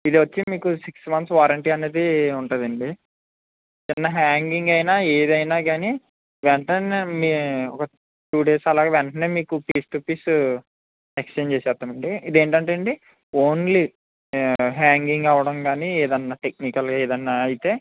ఇది వచ్చి మీకు సిక్స్ మంత్స్ వారంటీ అనేది ఉంటుందండి చిన్న హ్యాంగింగ్ అయినా ఏదైనా కానీ వెంటనే మీ ఒక టూ డేస్ అలాగ వెంటనే మీకు పీస్ టు పీస్ ఎక్స్ఛేంజ్ చేసేస్తామండి ఇదేంటంటే అండి ఓన్లీ హ్యాంగింగ్ అవ్వడం కానీ ఏదైనా టెక్నికల్గా ఏదైనా అయితే